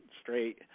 straight